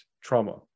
trauma